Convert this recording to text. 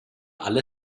alle